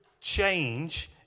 change